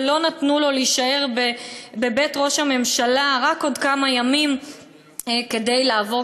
ולא נתנו לו להישאר בבית ראש הממשלה רק עוד כמה ימים כדי לעבור,